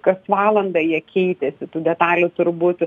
kas valandą jie keitėsi tų detalių turbūt